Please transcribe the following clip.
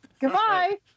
Goodbye